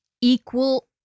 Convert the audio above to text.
equal